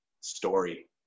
story